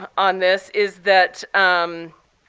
ah on this, is that um